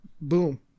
Boom